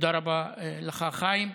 תודה רבה לך, חיים.